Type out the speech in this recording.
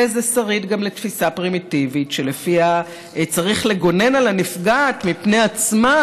וזה שריד גם לתפיסה פרימיטיבית שלפיה צריך לגונן על הנפגעת מפני עצמה,